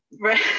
right